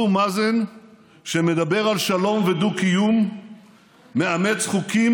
המדידה לכך היא מאוד פשוטה: